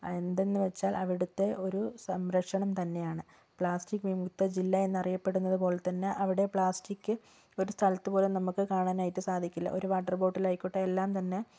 അതെന്താണെന്നു വെച്ചാൽ അവിടുത്തെ ഒരു സംരക്ഷണം തന്നെയാണ് പ്ലാസ്റ്റിക് വിമുക്ത ജില്ല എന്നറിയപ്പെടുന്നത് പോലെ തന്നെ അവിടെ പ്ലാസ്റ്റിക് ഒരു സ്ഥലത്ത് പോലും നമുക്ക് കാണാനായിട്ട് സാധിക്കില്ല ഒരു വാട്ടർ ബോട്ടിൽ ആയിക്കോട്ടെ എല്ലാം തന്നെ